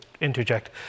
interject